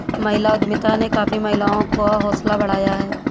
महिला उद्यमिता ने काफी महिलाओं का हौसला बढ़ाया है